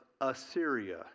Assyria